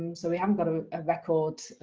um so we haven't got a ah record,